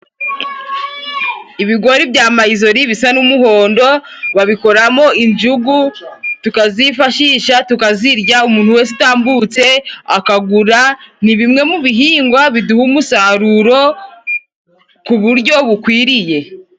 Ibigori bya mayizori bisa n'umuhondo babikoramo injugu tukazifashisha tukazirya, umuntu wese utambutse akagura. Ni bimwe mu bihingwa biduha umusaruro ku buryo bukwiriye.